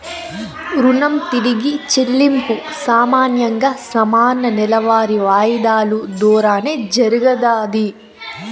రుణం తిరిగి చెల్లింపు సామాన్యంగా సమాన నెలవారీ వాయిదాలు దోరానే జరగతాది